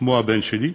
כמו הבן שלי,